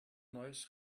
neues